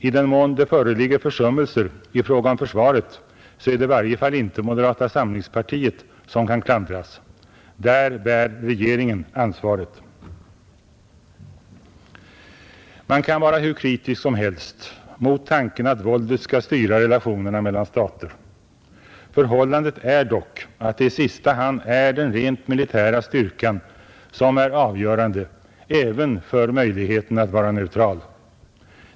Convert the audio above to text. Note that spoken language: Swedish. I den mån det föreligger försummelser i fråga om försvaret är det i varje fall inte moderata samlingspartiet som kan klandras. Där bär regeringen ansvaret. Man kan vara hur kritisk som helst mot tanken att våldet skall styra relationerna mellan stater. Förhållandet är dock, att det i sista hand är den rent militära styrkan som är avgörande, även för möjligheten att vara neutral.